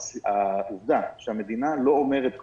העובדה שהמדינה לא אומרת כלום,